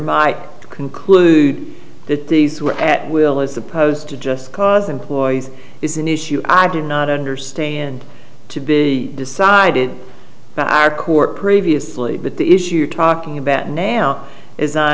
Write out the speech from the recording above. might conclude that these were at will as opposed to just cause employees is an issue i do not understand to be decided by our court previously but the issue you're talking about now as i